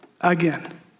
again